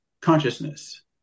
consciousness